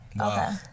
Okay